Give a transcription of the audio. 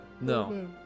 No